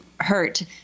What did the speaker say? hurt